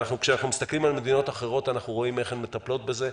וכשאנחנו מסתכלים על מדינות אחרות אנחנו רואים איך הן מטפלות בזה,